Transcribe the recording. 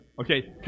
okay